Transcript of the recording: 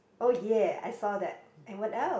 oh yeah I saw that and what else